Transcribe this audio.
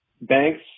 Banks